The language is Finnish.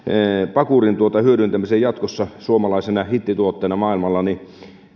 pakurin hyödyntämiseen jatkossa suomalaisena hittituotteena maailmalla niin